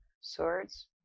swords